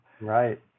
Right